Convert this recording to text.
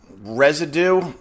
residue